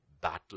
battle